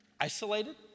isolated